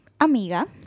amiga